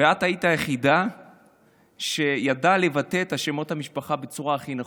ואת היית היחידה שידעה לבטא את שמות המשפחה בצורה הכי נכונה.